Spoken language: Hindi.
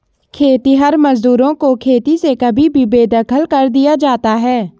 खेतिहर मजदूरों को खेती से कभी भी बेदखल कर दिया जाता है